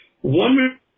one